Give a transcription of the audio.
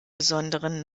besonderen